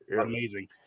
amazing